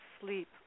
sleep